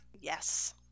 Yes